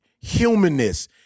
humanness